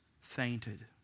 fainted